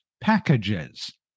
packages